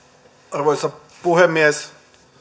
arvoisa puhemies